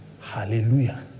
hallelujah